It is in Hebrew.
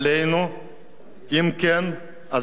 אם כן, אז אני מוריד בפניו את הכובע.